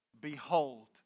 behold